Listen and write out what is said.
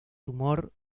tumor